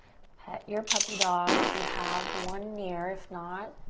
pet your puppy dog if you have one near. if not,